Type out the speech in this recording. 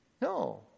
No